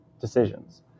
decisions